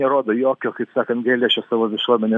nerodo jokio kaip sakant gailesčio savo visuomenės